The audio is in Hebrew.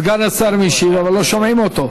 סגן השר משיב, אבל לא שומעים אותו.